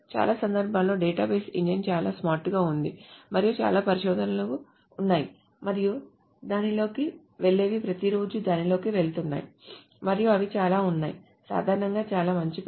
చాలా సందర్భాలలో database engine చాలా స్మార్ట్ గా ఉంది మరియు చాలా పరిశోధనలు ఉన్నాయి మరియు దానిలోకి వెళ్లేవి ప్రతిరోజూ దానిలోకి వెళుతున్నాయి మరియు అవి చాలా ఉన్నాయి సాధారణంగా చాలా మంచి పని